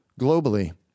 Globally